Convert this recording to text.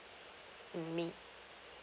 mm me